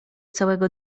całego